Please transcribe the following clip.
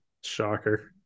shocker